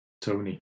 Tony